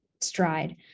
stride